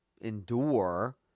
endure